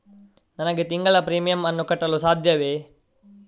ನನಗೆ ತಿಂಗಳ ಪ್ರೀಮಿಯಮ್ ಅನ್ನು ಕಟ್ಟಲು ಸಾಧ್ಯವೇ?